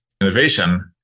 innovation